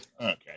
Okay